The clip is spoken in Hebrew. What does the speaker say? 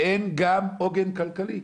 ואין גם עוגן כלכלי.